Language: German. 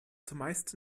zumeist